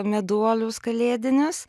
meduolius kalėdinius